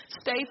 stay